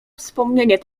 wspomnienie